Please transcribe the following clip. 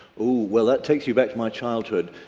oh well that takes me back to my childhood.